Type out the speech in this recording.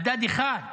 מדד אחד.